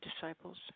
disciples